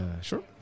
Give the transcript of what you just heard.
Sure